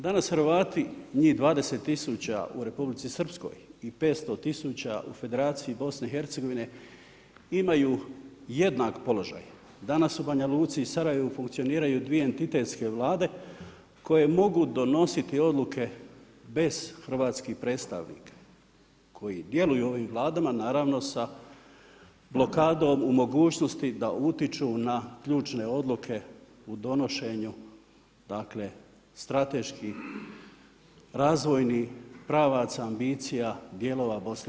Danas Hrvati, njih 20 tisuća u Republici Srpskoj i 500 tisuća u Federaciji BIH, imaju jednak položaj, danas u Banjaluci i Sarajevu funkcioniraju dvije identitetske Vlade, koje mogu donositi odluke bez hrvatskih predstavnika koji djeluju u ovim Vladama, naravno sa blokadom u mogućnosti da utječu na ključne oluke u donošenju strateških razvojnih pravaca, ambicija dijelova BIH.